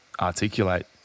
articulate